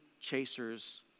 chasers